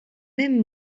même